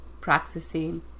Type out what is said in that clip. practicing